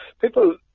people